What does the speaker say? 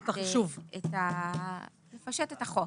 את החוק.